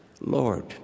Lord